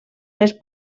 més